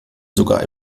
sogar